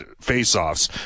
face-offs